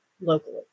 locally